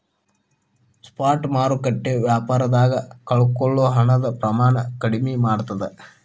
spot ಮಾರುಕಟ್ಟೆ ವ್ಯಾಪಾರದಾಗ ಕಳಕೊಳ್ಳೊ ಹಣದ ಪ್ರಮಾಣನ ಕಡ್ಮಿ ಮಾಡ್ತದ